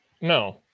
No